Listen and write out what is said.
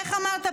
איך אמרת?